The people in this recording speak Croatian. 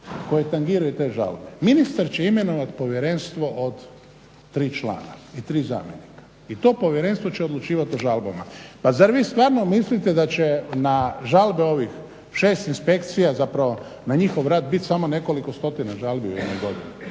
koji tangiraju te žalbe. Ministar će imenovati povjerenstvo od 3 člana i 3 zamjenika i to povjerenstvo će odlučivati o žalbama. Pa zar vi stvarno mislite da će na žalbe ovih 6 inspekcija, zapravo na njihov rad biti samo nekoliko stotina žalbi u jednoj godini